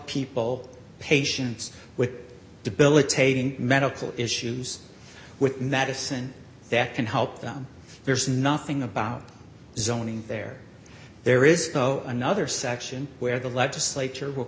people patients with debilitating medical issues with medicine that can help them there's nothing about zoning there there is another section where the legislature will